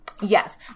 Yes